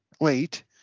late